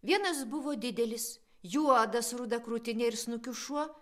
vienas buvo didelis juodas ruda krūtine ir snukiu šuo